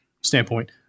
standpoint